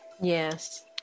Yes